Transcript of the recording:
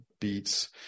beats